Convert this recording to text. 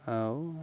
ଆଉ